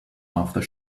after